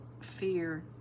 fear